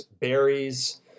berries